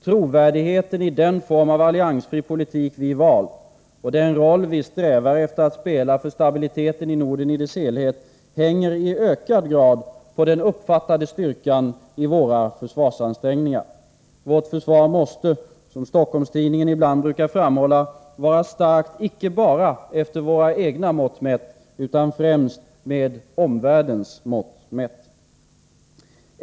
Trovärdigheten i den form av alliansfri politik som vi valt, och den roll vi strävar efter att spela för stabiliteten i Norden i dess helhet, hänger i ökad grad på den uppfattade styrkan i våra försvarsansträngningar. Vårt försvar måste, som Stockholms-Tidningen ibland brukar framhålla, vara starkt icke bara med våra egna mått mätt utan främst med omvärldens mått.